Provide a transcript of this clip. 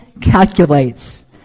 calculates